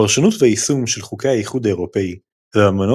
הפרשנות והיישום של חוקי האיחוד האירופי והאמנות